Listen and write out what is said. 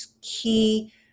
key